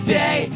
day